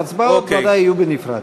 ההצבעות ודאי יהיו בנפרד.